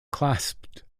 clasped